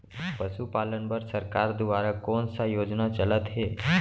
पशुपालन बर सरकार दुवारा कोन स योजना चलत हे?